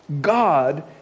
God